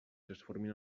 transformin